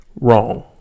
Wrong